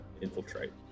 infiltrate